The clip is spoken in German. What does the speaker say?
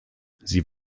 sie